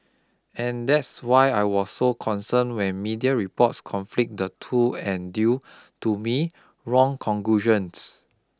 and that's why I was so concerned when media reports conflate the two and drew to me wrong conclusions